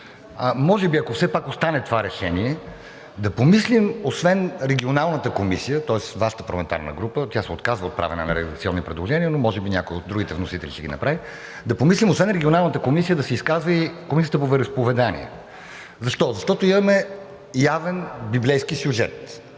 Може би, ако все пак остане това решение, да помислим освен Регионалната комисия, тоест Вашата парламентарна група – тя се отказва от правене на редакционни предложения, но може би някои от другите вносители ще ги направи – да помислим освен Регионалната комисия да се изказва и Комисията по вероизповедания. Защо? Защото имаме явен библейски сюжет.